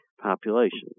Population